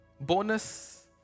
Bonus